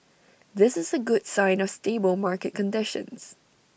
this is A good sign of stable market conditions